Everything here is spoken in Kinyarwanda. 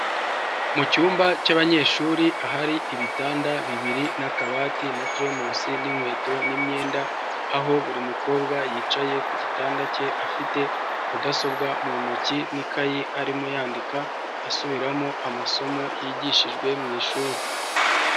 Mu cyumba cy'abanyeshuri ahari ibitanda bibiri n'akabati na tremus n'inkweto n'imyenda, aho buri mukobwa yicaye ku gitanda ke afite mudasobwa mu ntoki n'ikayi arimo yandika asubiramo amasomo yigishijwe mu ishuri.